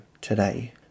today